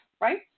right